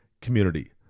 community